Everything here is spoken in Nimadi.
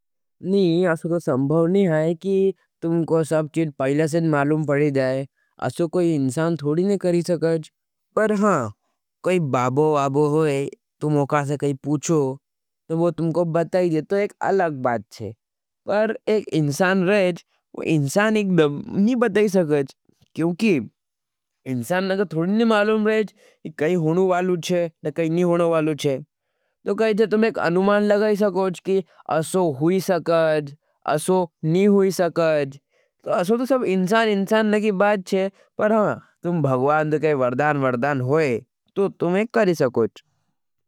नहीं, असो तो संभाव नहीं हज कि तुमको सब चीट पहले से मालूम पड़े जाए। असो कोई इंसान थोड़ी नहीं करी सकेज। पर हाँ, कोई बाबो वाबो होई, तुम उकासे कोई पूछो। तो वो तुमको बताई जेतो एक अलग बात छे। पर एक इंसान रहेज, वो इंसान एक दम नहीं बताई सकेज। क्योंकि इंसान नहीं थोड़ी नहीं मालूम रहेज कि काई हुनु वालु छे न काई नहीं हुनु वालु छे। तो कैजे तुम एक अनुमान लगाई सकोच कि असो हुई सकज, असो नहीं हुई सकज। तो असो तो सब इंसान इंसान नहीं की बात छे। पर हाँ तुम भगवान्द काई वर्दान वर्दान होई। तो तुम एक करी सकोच।